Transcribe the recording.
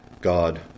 God